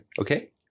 Okay